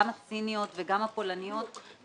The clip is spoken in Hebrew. גם הסיניות וגם הפולניות,